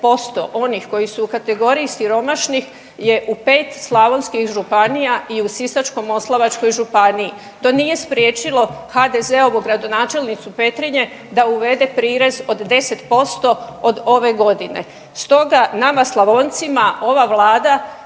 onih koji su u kategoriji siromašnih je u 5 slavonskih županija i u Sisačko-moslavačkoj županiji. To nije spriječilo HDZ-ovu gradonačelnicu Petrinje da uvede prirez od 10% od ove godine. Stoga nama Slavoncima ova vlada